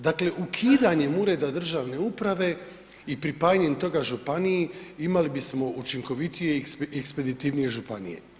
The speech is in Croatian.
Dakle, ukidanjem Ureda državne uprave i pripajanjem toga županiji, imali bismo učinkovitije i ekspeditivnije županije.